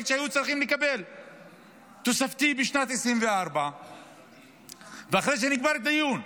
שהיו צריכים לקבל תוספתי בשנת 2024. ואחרי שנקבע דיון,